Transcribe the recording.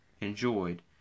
enjoyed